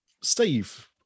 Steve